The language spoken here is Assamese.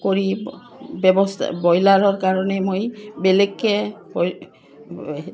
কৰি ব্যৱস্থা ব্ৰইলাৰৰ কাৰণে মই বেলেগকৈ